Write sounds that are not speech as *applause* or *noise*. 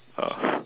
ah *breath*